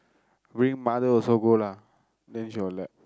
bring mother also go lah then she will let